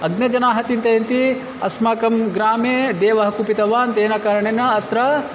अग्नजनाः चिन्तयन्ति अस्माकं ग्रामे देवः कुपितवान् तेन कारणेन अत्र